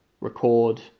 record